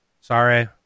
Sorry